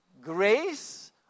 grace